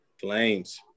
Flames